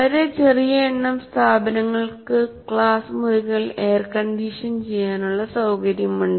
വളരെ ചെറിയ എണ്ണം സ്ഥാപനങ്ങൾക്ക് ക്ലാസ് മുറികൾ എയർകണ്ടീഷൻ ചെയ്യാനുള്ള സൌകര്യമുണ്ട്